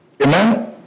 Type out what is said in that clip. Amen